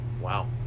Wow